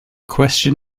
question